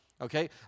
okay